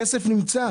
הכסף נמצא.